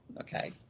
okay